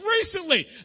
recently